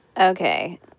Okay